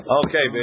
okay